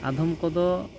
ᱟᱫᱷᱚᱢ ᱠᱚᱫᱚ